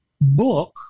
book